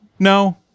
No